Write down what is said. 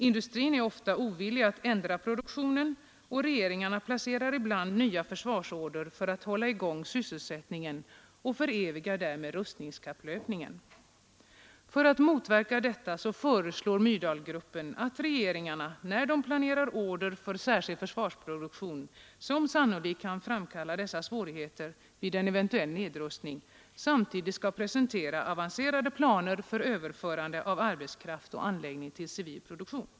Industrin är ofta ovillig att ändra produktionen och regeringarna placerar ibland nya försvarsorder för att hålla igång sysselsättningen och förevigar därmed rustningskapplöpningen.” För att motverka detta föreslår Myrdalgruppen att regeringarna, när de planerar order för särskild försvarsproduktion som sannolikt kan framkalla dessa svårigheter vid en eventuell nedrustning, samtidigt skall presentera avancerade planer för överförande av arbetskraft och anläggning till civil produktion.